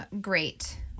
great